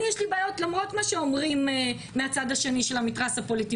למרות מה שאומרים מהצד השני של המתרס הפוליטי,